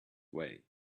way